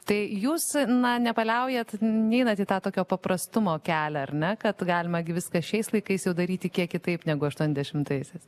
tai jūs na nepaliaujat neinat į tą tokio paprastumo kelią ar ne kad galima gi viską šiais laikais jau daryti kiek kitaip negu aštuoniasdešimtaisiais